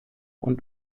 und